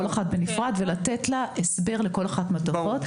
אחת בנפרד ולתת הסבר לכל אחת מהתופעות.